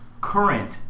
current